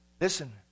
Listen